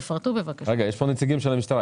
נציגי המשטרה,